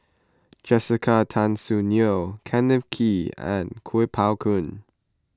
Jessica Tan Soon Neo Kenneth Kee and Kuo Pao Kun